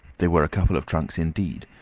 there were a couple of trunks indeed,